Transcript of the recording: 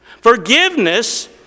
forgiveness